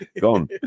Gone